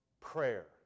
prayer